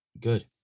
Good